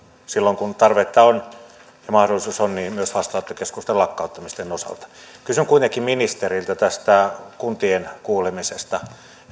silloin kun tarvetta ja mahdollisuus on vastaanottokeskusten lakkauttamisten osalta kysyn kuitenkin ministeriltä tästä kuntien kuulemisesta